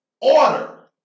order